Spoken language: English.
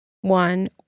one